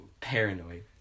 paranoid